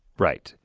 right.